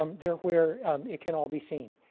um they're where it can all be seen.